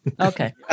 Okay